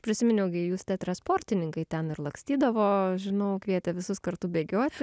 prisiminiau jūs teato sportininkai ten ir lakstydavo žinau kvietė visus kartu bėgioti